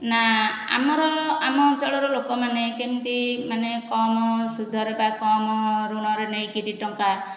ନା ଆମର ଆମ ଅଞ୍ଚଳର ଲୋକମାନେ କେମିତି ମାନେ କମ ସୁଧରେ ବା କମ ଋଣରେ ନେଇକରି ଟଙ୍କା